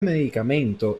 medicamento